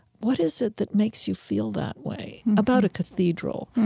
what is it that makes you feel that way about a cathedral?